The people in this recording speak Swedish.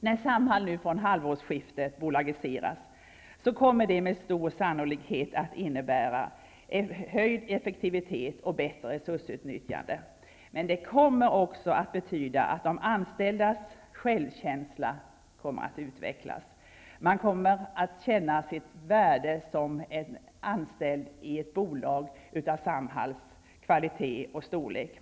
När Samhall nu från halvårsskiftet bolagiseras kommer det med stor sannolikhet att innebära höjd effektivitet och bättre resursutnyttjande, men det kommer också att betyda att de anställdas självkänsla utvecklas. Man kommer att känna sitt värde som anställd i ett bolag av Samhalls kvalitet och storlek.